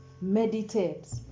meditate